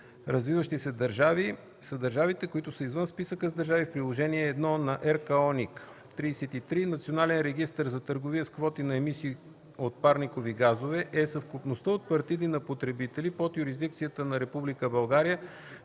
„Развиващи се държави” са държавите, които са извън списъка с държави в Приложение І на РКООНИК. 33. „Национален регистър за търговия с квоти на емисии от парникови газове” е съвкупността от партиди на потребители под юрисдикцията на